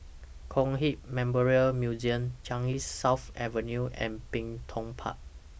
Kong Hiap Memorial Museum Changi South Avenue and Bin Tong Park